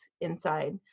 inside